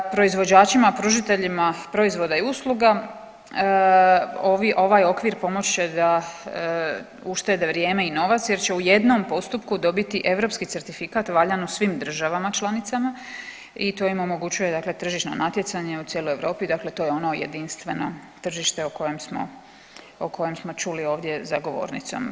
Proizvođačima pružateljima proizvoda i usluga, ovaj okvir pomoći će da uštede vrijeme i novac jer će u jednom postupku dobiti europski certifikat valjan u svim državama članicama i to im omogućuje tržišno natjecanje u cijeloj Europi, dakle to je ono jedinstveno tržište o kojem smo čuli ovdje za govornicom.